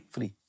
Free